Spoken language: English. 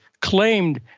claimed